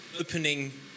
opening